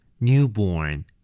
Newborn